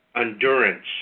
endurance